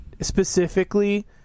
specifically